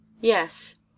Yes